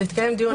התקיים דיון אחד.